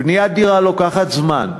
בניית דירה לוקחת זמן,